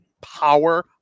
power